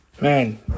Man